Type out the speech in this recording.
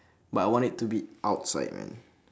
but I want it to be outside man